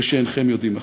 ושאינכם יודעים אחרת.